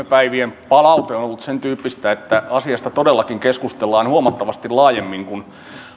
päivien palaute on ollut sentyyppistä että asiasta todellakin keskustellaan huomattavasti laajemmin kuin